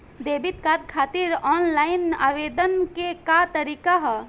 Debit card खातिर online आवेदन के का तरीकि ह?